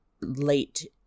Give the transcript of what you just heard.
late